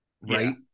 right